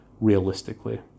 realistically